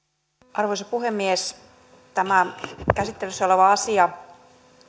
arvoisa puhemies tämä käsittelyssä oleva asia